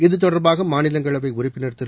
இது தொடர்பாக மாநிலங்களவை உறுப்பினர் திரு